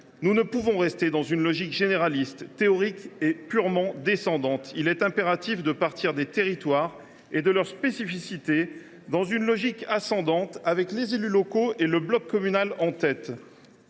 Nous ne pouvons pas en rester à une logique généraliste, théorique et purement descendante. Il est impératif de partir des territoires et de leurs spécificités dans une logique ascendante, qui place les élus locaux et le bloc communal en tête.